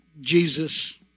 jesus